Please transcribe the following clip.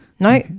No